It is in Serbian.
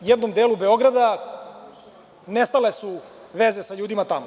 U jednom delu Beograda nestale su veze sa ljudima tamo.